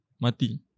mati